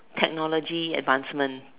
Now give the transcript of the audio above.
technology advancement